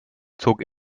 zog